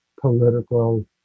political